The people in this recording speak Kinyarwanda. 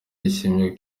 yashimiye